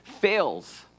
fails